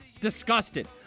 disgusted